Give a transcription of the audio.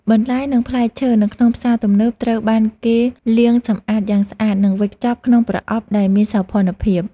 បន្លែនិងផ្លែឈើនៅក្នុងផ្សារទំនើបត្រូវបានគេលាងសម្អាតយ៉ាងស្អាតនិងវេចខ្ចប់ក្នុងប្រអប់ដែលមានសោភ័ណភាព។